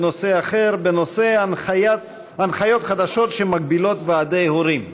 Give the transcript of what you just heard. בנושא אחר: הנחיות חדשות שמגבילות ועדי הורים.